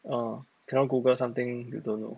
orh cannot google something you don't know